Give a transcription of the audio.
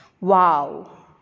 Wow